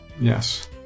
Yes